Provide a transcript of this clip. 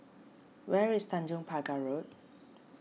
where is Tanjong Pagar Road